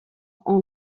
encore